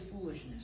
foolishness